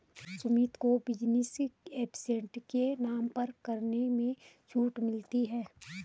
सुमित को business asset के नाम पर कर में छूट मिलता है